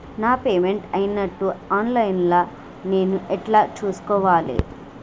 నా పేమెంట్ అయినట్టు online లా నేను ఎట్ల చూస్కోవాలే?